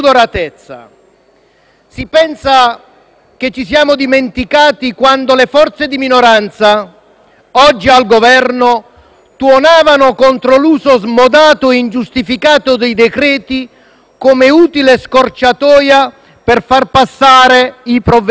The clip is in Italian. Si pensa che ci siamo dimenticati di quando le forze di minoranza - oggi al Governo - tuonavano contro l'uso smodato e ingiustificato dei decreti-legge come utile scorciatoia per far passare i provvedimenti.